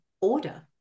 order